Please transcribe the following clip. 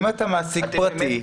אם אתה מעסיק פרטי,